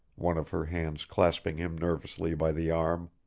one of her hands clasping him nervously by the arm.